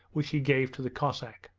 which he gave to the cossack.